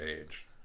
age